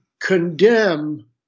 condemn